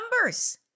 numbers